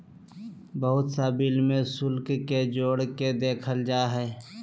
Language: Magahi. बहुत सा बिल में शुल्क के जोड़ के देखल जा हइ